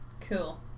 Cool